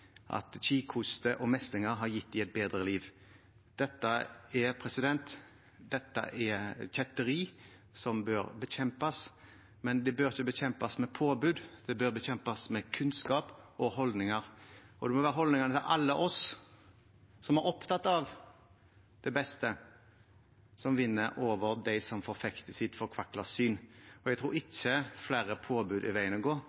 at kikhoste og meslinger har gitt dem et bedre liv. Dette er kjetteri som bør bekjempes. Men det bør ikke bekjempes med påbud, det bør bekjempes med kunnskap og holdninger, og det må være holdningene til alle oss som er opptatt av det beste, som vinner over dem som forfekter sitt forkvaklede syn. Jeg tror ikke flere påbud er veien å gå,